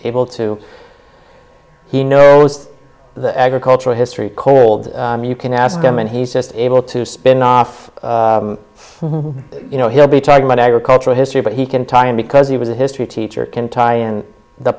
able to he knows the agricultural history cold you can ask him and he's just able to spin off you know he'll be talking about agricultural history but he can tie in because he was a history teacher can tie in the